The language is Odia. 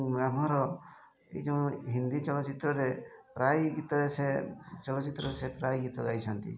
ଆମର ଏହି ଯେଉଁ ହିନ୍ଦୀ ଚଳଚ୍ଚିତ୍ରରେ ପ୍ରାୟ ଗୀତରେ ସେ ଚଳଚ୍ଚିତ୍ରରେ ସେ ପ୍ରାୟ ଗୀତ ଗାଇଛନ୍ତି